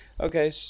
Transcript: Okay